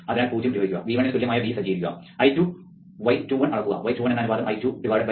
അതിനാൽ പൂജ്യം പ്രയോഗിക്കുക V1 ന് തുല്യമായ V സജ്ജീകരിക്കുക I2 y21 അളക്കുക y21 എന്ന അനുപാതം I2V1 ആയിരിക്കും V2 പൂജ്യമായിരിക്കും